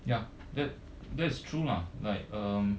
ya that that's true lah like um